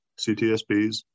CTSPs